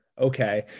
Okay